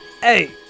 hey